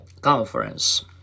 conference